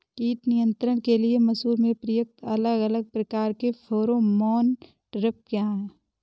कीट नियंत्रण के लिए मसूर में प्रयुक्त अलग अलग प्रकार के फेरोमोन ट्रैप क्या है?